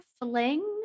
fling